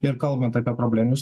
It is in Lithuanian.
ir kalbant apie probleminius